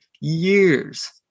years